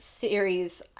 series